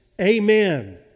Amen